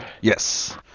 Yes